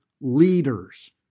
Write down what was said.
leaders